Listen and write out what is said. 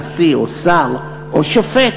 נשיא או שר או שופט,